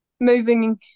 moving